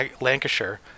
Lancashire